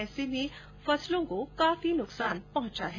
ऐसे में फसलों को काफी नुकसान पहुंचा है